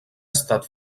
estat